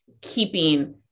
keeping